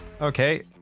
Okay